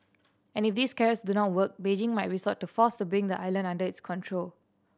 and if these carrots do not work Beijing might resort to force to bring the island under its control